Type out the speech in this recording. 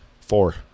Four